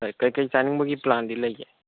ꯍꯣꯏ ꯀꯔꯤ ꯀꯔꯤ ꯆꯥꯅꯤꯡꯕꯒꯤ ꯄ꯭ꯂꯥꯟꯗꯤ ꯂꯩꯒꯦ